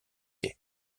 quai